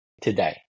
today